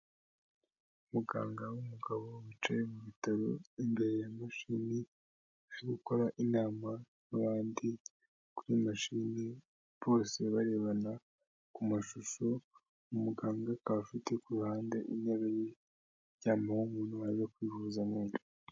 Umuganga w'umugabo wicaye mubitaro imbere ya mashini. Ari gukora inama n'abandi kuri mashini bose barebana ku mashusho. Umuganga akaba afite ku ruhande intebe ijyamweho n'umuntu waje kwivuza amenyo.